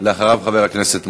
ואחריו, חבר הכנסת מוזס.